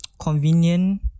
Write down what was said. convenient